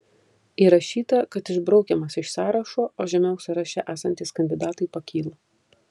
įrašyta kad išbraukiamas iš sąrašo o žemiau sąraše esantys kandidatai pakyla